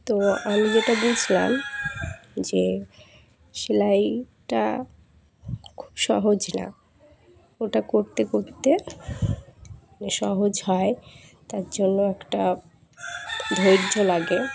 তো আমি যেটা বলছিলাম যে সেলাইটা খুব সহজ না ওটা করতে করতে মানে সহজ হয় তার জন্য একটা ধৈর্য লাগে